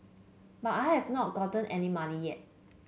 but I have not gotten any money yet